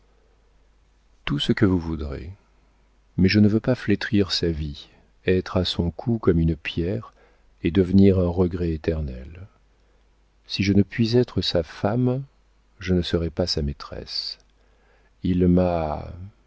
tout ce que vous voudrez mais je ne veux pas flétrir sa vie être à son cou comme une pierre et devenir un regret éternel si je ne puis être sa femme je ne serai pas sa maîtresse il m'a